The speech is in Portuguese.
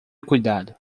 cuidado